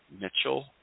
Mitchell